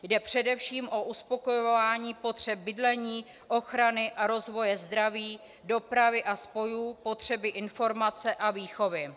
Jde především o uspokojování potřeb bydlení, ochrany a rozvoje zdraví, dopravy a spojů, potřeby informace a výchovy.